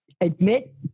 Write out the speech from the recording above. Admit